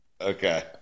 Okay